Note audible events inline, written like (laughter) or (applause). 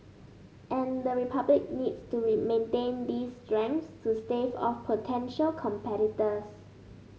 and the Republic needs to (unintelligible) maintain these strengths to stave off potential competitors